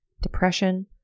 depression